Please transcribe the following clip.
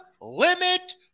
limit